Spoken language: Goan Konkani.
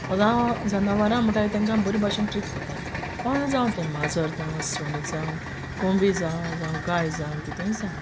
सोदां जनावरां म्हुटाय तेंकां बोर भाशीन ट्रीट कोताय कोणू जावं तें माजोर जावं सूण जावं कोंबी जावं जावं गाय जावं कितेंय जावं